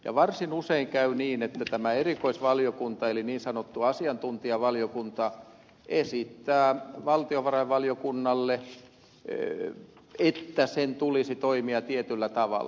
ja varsin usein käy niin että tämä erikoisvaliokunta eli niin sanottu asiantuntijavaliokunta esittää valtiovarainvaliokunnalle että sen tulisi toimia tietyllä tavalla